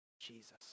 Jesus